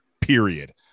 period